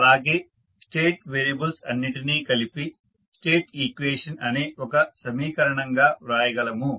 అలాగే state variables అన్నిటినీ కలిపి స్టేట్ ఈక్వేషన్ అనే ఒక సమీకరణం గా వ్రాయగలము